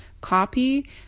copy